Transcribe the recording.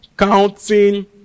Counting